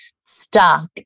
stuck